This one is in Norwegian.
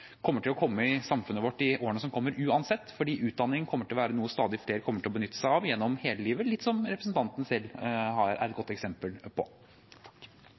kommer til å komme i samfunnet vårt i årene som kommer, uansett, for utdanning kommer til å være noe stadig flere kommer til å benytte seg av gjennom hele livet, litt som representanten selv er et godt eksempel på.